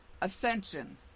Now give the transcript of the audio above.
Ascension